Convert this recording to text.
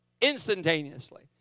instantaneously